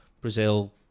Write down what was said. Brazil